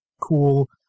cool